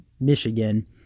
Michigan